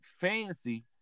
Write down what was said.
fancy